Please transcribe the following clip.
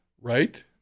right